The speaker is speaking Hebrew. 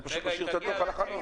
אני פשוט משאיר את הדוח על החלון.